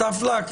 "טאף-לאק",